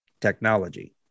technology